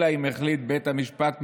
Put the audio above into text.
אלא אם כן החליט בית המשפט,